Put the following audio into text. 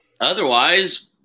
Otherwise